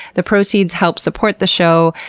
the proceeds help support the show.